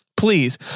Please